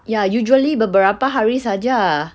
ya usually beberapa hari sahaja